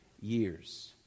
years